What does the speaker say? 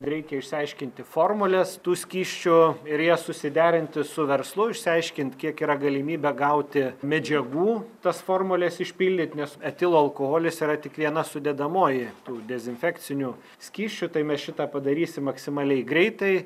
reikia išsiaiškinti formules tų skysčių ir jas susiderinti su verslu išsiaiškint kiek yra galimybė gauti medžiagų tas formules išpildyt nes etilo alkoholis yra tik viena sudedamoji tų dezinfekcinių skysčių tai mes šitą padarysim maksimaliai greitai